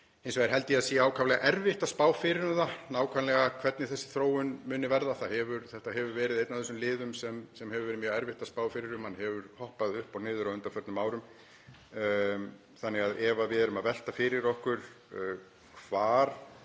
Hins vegar held ég að það sé ákaflega erfitt að spá fyrir um það nákvæmlega hvernig þessi þróun muni verða. Þetta hefur verið einn af þessum liðum sem hefur verið mjög erfitt að spá fyrir um, hann hefur hoppað upp og niður á undanförnum árum. Þannig að ef við erum að velta fyrir okkur hvar